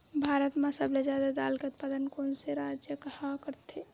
भारत मा सबले जादा दाल के उत्पादन कोन से राज्य हा करथे?